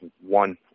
one